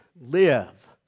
live